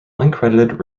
uncredited